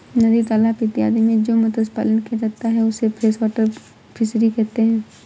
नदी तालाब इत्यादि में जो मत्स्य पालन किया जाता है उसे फ्रेश वाटर फिशरी कहते हैं